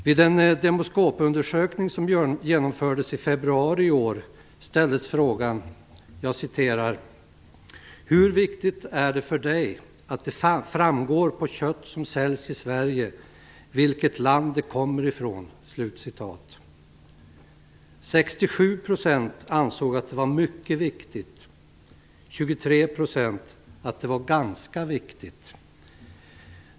Vid en Demoskopundersökning som genomfördes i februari i år ställdes frågan: "Hur viktigt är det för dig att det framgår på kött som säljs i Sverige vilket land det kommer ifrån?" 67 % ansåg att det var mycket viktigt och 23 % att det var ganska viktigt.